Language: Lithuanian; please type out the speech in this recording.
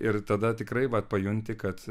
ir tada tikrai vat pajunti kad